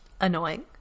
annoying